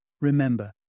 Remember